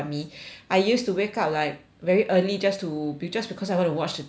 I used to wake up like very early just to be just because I want to watch the T_V